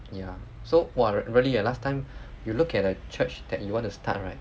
yeah so !wah! really eh last time you look at the church that you want to start right